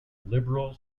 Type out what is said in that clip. liberal